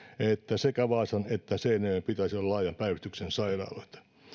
että sekä vaasan että seinäjoen pitäisi olla laajan päivystyksen sairaaloita